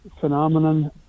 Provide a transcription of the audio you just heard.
phenomenon